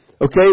Okay